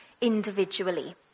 individually